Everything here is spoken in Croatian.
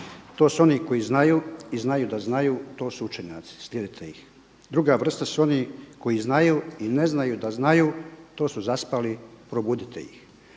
To su oni koji znaju i znaju da znaju to su učenjaci, slijedite ih. Druga vrsta su oni koji znaju i ne znaju da znaju to su zaspali, probudite ih.